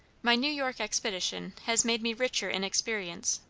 my new york expedition has made me richer in experience,